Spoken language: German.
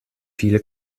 viele